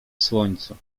słońcu